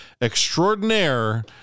extraordinaire